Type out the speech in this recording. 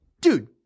dude